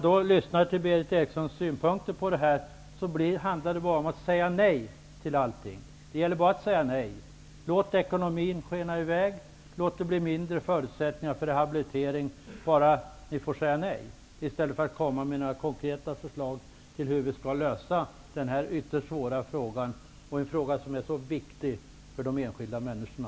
Berith Eriksson säger bara nej till allting. Låt ekonomin skena i väg och låt det bli sämre förutsättningar för rehabilitering, bara ni får säga nej i stället för att komma med några konkreta förslag om hur den här ytterst svåra frågan skall lösas, en fråga som är så viktig för de enskilda människorna.